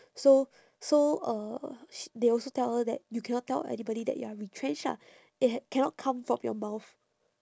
so so uh sh~ they also tell her that you cannot tell anybody that you are retrenched lah it ha~ cannot come from your mouth